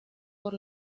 por